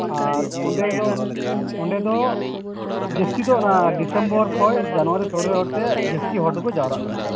ᱟᱨ ᱚᱸᱰᱮ ᱫᱚ ᱚᱸᱰᱮ ᱫᱚ ᱡᱟᱹᱥᱛᱤ ᱫᱚ ᱚᱱᱟ ᱰᱤᱥᱮᱢᱵᱚᱨ ᱠᱷᱚᱱ ᱡᱟᱱᱩᱭᱟᱨᱤ ᱯᱷᱮᱵᱽᱨᱩᱣᱟᱨᱤ ᱛᱮ ᱡᱟᱹᱥᱛᱤ ᱦᱚᱲ ᱫᱚᱠᱚ ᱡᱟᱣᱨᱟᱜ ᱠᱟᱱᱟ